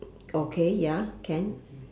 okay ya can